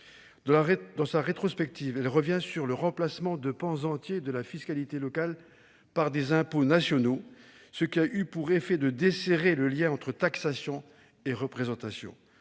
Dans sa rétrospective, celle-ci revient sur le remplacement de pans entiers de la fiscalité locale par des impôts nationaux, ce qui a eu pour effet de desserrer le lien entre taxation et représentation.